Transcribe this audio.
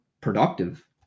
productive